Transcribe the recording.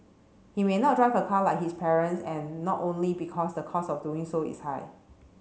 he may not drive a car like his parents and not only because the cost of doing so is high